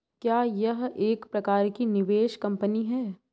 क्या यह एक प्रकार की निवेश कंपनी है?